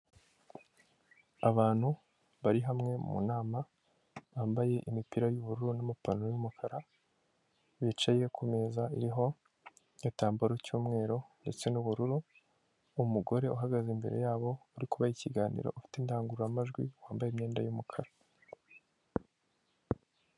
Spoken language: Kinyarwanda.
Abantu bari hamwe mu nama bambaye imipira y'ubururu n'amapantaro y'umukara bicaye kumeza iriho igitambaro cy'Umweru ndetse n'ubururu, umugore uhagaze imbere yabo uri kubaha ikiganiro ufite indangururamajwi wambaye imyenda y'umukara.